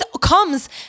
comes